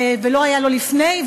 ולא היה לו לפני,